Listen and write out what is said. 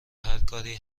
هرکاری